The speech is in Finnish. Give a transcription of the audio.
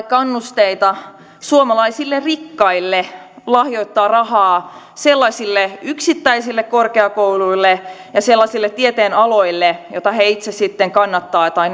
kannusteita suomalaisille rikkaille lahjoittaa rahaa sellaisille yksittäisille korkeakouluille ja sellaisille tieteenaloille joita he itse sitten kannattavat tai